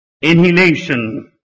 inhalation